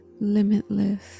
limitless